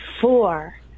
four